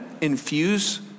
infuse